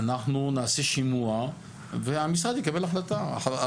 אנחנו נעשה שימוע והמשרד יקבל החלטה.